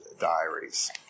diaries